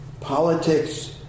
politics